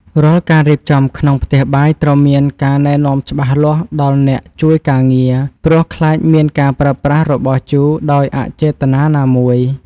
រាល់ការរៀបចំក្នុងផ្ទះបាយត្រូវមានការណែនាំច្បាស់លាស់ដល់អ្នកជួយការងារ ព្រោះ ខ្លាចមានការប្រើប្រាស់របស់ជូរដោយអចេតនាណាមួយ។